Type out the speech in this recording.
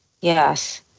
Yes